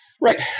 Right